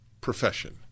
profession